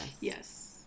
Yes